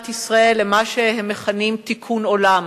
ישראל למה שהם מכנים "תיקון עולם"